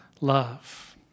love